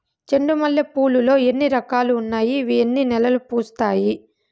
చెండు మల్లె పూలు లో ఎన్ని రకాలు ఉన్నాయి ఇవి ఎన్ని నెలలు పూస్తాయి